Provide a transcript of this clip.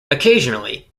occasionally